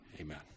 Amen